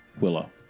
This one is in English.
Willow